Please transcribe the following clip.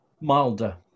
milder